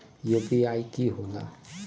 UPI कि होला?